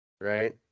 right